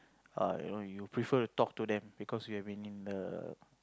err you know you prefer to talk to them because you have been in the